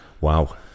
Wow